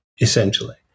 essentially